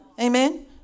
Amen